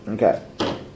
Okay